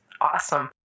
awesome